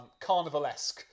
Carnivalesque